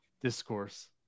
discourse